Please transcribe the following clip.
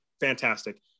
fantastic